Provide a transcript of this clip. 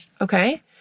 okay